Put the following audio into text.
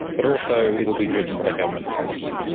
but also it will be driven by government policy.